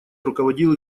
руководил